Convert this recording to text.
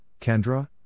Kendra